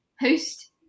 host